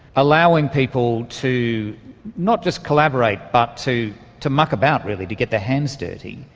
allowing people to not just collaborate but to to muck about really, to get their hands dirty,